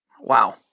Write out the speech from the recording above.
Wow